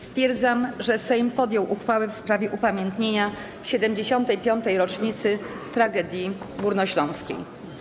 Stwierdzam, że Sejm podjął uchwałę w sprawie upamiętnienia 75. rocznicy Tragedii Górnośląskiej.